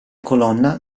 colonna